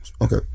okay